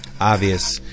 obvious